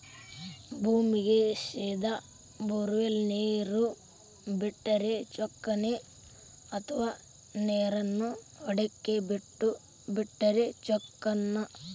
ಭೂಮಿಗೆ ಸೇದಾ ಬೊರ್ವೆಲ್ ನೇರು ಬಿಟ್ಟರೆ ಚೊಕ್ಕನ ಅಥವಾ ನೇರನ್ನು ಹೊಂಡಕ್ಕೆ ಬಿಟ್ಟು ಬಿಟ್ಟರೆ ಚೊಕ್ಕನ?